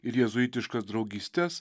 ir jėzuitiškas draugystes